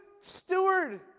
steward